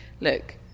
Look